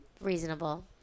reasonable